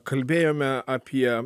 kalbėjome apie